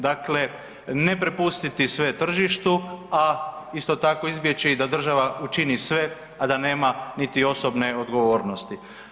Dakle ne prepustiti sve tržištu, a isto tako izbjeći da država učini sve a da nema niti osobne odgovornosti.